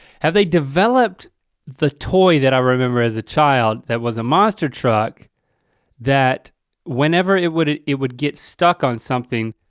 have they developed the toy that i remember as a child that was a monster truck that whenever it would it it would get stuck on something